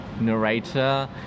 narrator